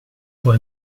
può